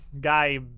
Guy